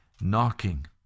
knocking